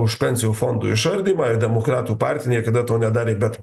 už pensijų fondų išardymą ir demokratų partija niekada to nedarė bet